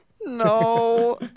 no